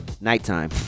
Nighttime